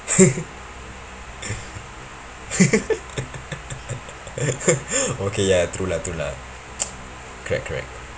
okay ya true lah true lah correct correct